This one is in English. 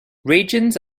regions